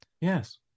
Yes